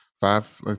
five